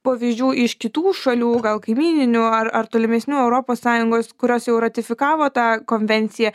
pavyzdžių iš kitų šalių gal kaimyninių ar ar tolimesnių europos sąjungos kurios jau ratifikavo tą konvenciją